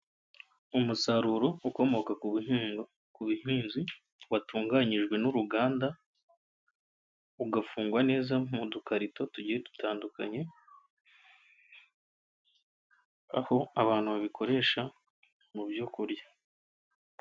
Umusaruro ukomoka ku buhinzi, watunganyijwe n'uruganda, ugafungwa neza mu dukarito tugiye dutandukanye, aho abantu babikoresha mu byo kurya.